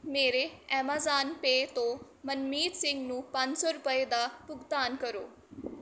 ਮੇਰੇ Amazon Pay ਤੋਂ ਮਨਮੀਤ ਸਿੰਘ ਨੂੰ ਪੰਜ ਸੌੌ ਰੁਪਏ ਦਾ ਭੁਗਤਾਨ ਕਰੋ